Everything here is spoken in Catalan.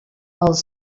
els